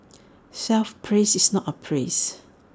self praise is not A praise